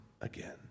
again